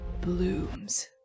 blooms